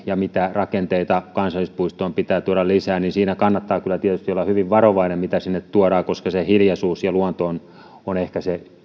ja siitä mitä rakenteita kansallispuistoon pitää tuoda lisää niin siinä kannattaa kyllä tietysti olla hyvin varovainen mitä sinne tuodaan koska se hiljaisuus ja luonto ovat ehkä se